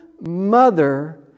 mother